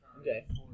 Okay